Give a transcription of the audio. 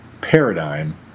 paradigm